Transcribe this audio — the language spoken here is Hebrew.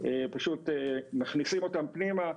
פשוט מכניסים אותם פנימה,